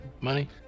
money